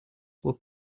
were